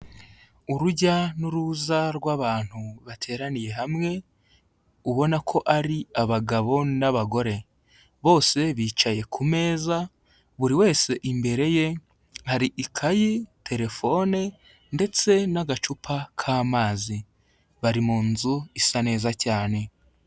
Urujya n'uruza rw'abantu bateraniye hamwe, ubona ko ari abagabo n'abagore, bose bicaye ku meza buri wese imbere ye hari ikayi, telefone ndetse n'agacupa k'amazi bari mu nzu isa neza cyane.